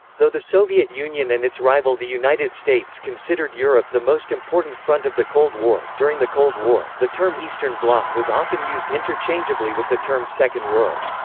though the soviet union and its rival the united states considered europe the most important front of the cold war, during the cold war, the term eastern bloc was often used interchangeably with the term second world.